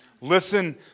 Listen